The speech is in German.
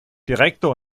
direktor